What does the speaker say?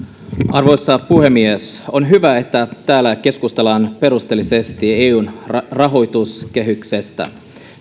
arvoisa puhemies on hyvä että täällä keskustellaan perusteellisesti eun rahoituskehyksestä